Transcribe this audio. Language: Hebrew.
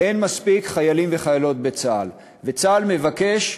אין מספיק חיילים וחיילות בצה"ל, וצה"ל מבקש,